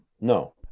no